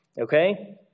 Okay